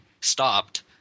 stopped